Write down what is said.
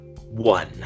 one